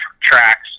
tracks